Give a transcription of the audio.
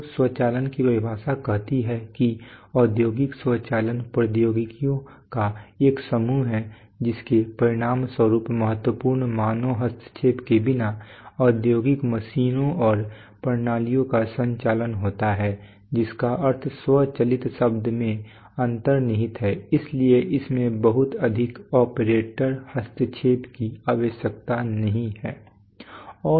तो स्वचालन की परिभाषा कहती है कि औद्योगिक स्वचालन प्रौद्योगिकियों का एक समूह है जिसके परिणामस्वरूप महत्वपूर्ण मानव हस्तक्षेप के बिना औद्योगिक मशीनों और प्रणालियों का संचालन होता है जिसका अर्थ स्व चलती शब्द में अंतर्निहित है इसलिए इसमें बहुत अधिक ऑपरेटर हस्तक्षेप की आवश्यकता नहीं है